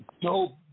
dope